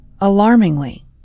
Alarmingly